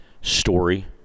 story